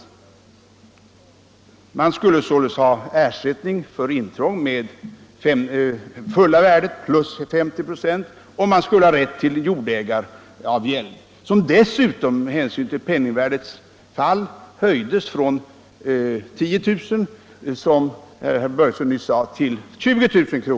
Fastighetsägaren skulle således ha ersättning för intrång med fulla värdet plus 50 96, och han skulle ha rätt till jordägaravgäld, som dessutom —- med hänsyn till penningvärdets fall — föreslogs höjd från 10000 kr. till 20000 kr.